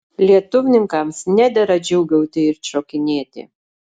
lietuvininkams nedera džiūgauti ir šokinėti